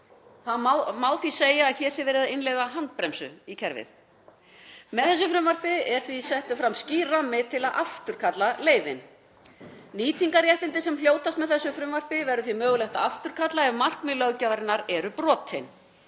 Það má því segja að hér sé verið að innleiða handbremsu í kerfið. Með þessu frumvarpi er því settur fram skýr rammi til að afturkalla leyfin. Nýtingarréttindi sem hljótast með þessu frumvarpi verður því mögulegt að afturkalla ef markmið löggjafarinnar eru brotin.